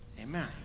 Amen